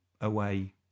away